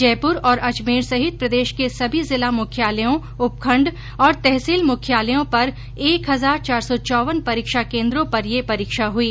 जयपुर और अजमेर सहित प्रदेश के सभी जिला मुख्यालयों उपखंड और तहसील मुख्यालयों पर एक हजार चार सौ चौवन परीक्षा केन्द्रों पर ये परीक्षा हुई